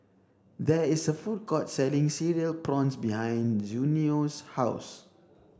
there is a food court selling cereal prawns behind Junious' house